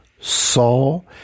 Saul